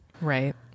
Right